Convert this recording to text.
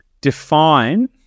define